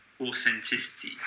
authenticity